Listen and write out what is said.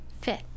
Fifth